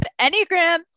Enneagram